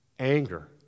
anger